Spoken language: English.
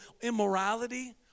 immorality